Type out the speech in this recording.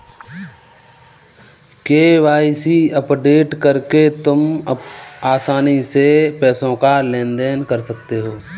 KYC update करके तुम आसानी से पैसों का लेन देन कर सकते हो